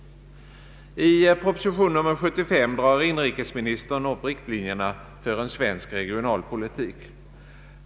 I proposition nr 75 drar inrikesministern upp riktlinjerna för en svensk regionalpolitik.